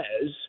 says